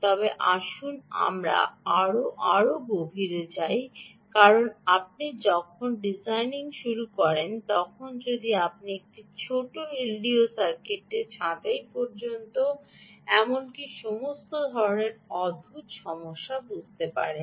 তবে আসুন আমরা আরও আরও গভীরতর হই কারণ আপনি যখন ডিজাইনিং শুরু করেন তখন আপনি একটি ছোট এলডিও সার্কিটকে ছাঁটাই পর্যন্ত এমনকি সমস্ত ধরণের অদ্ভুত সমস্যা বুঝতে পারেন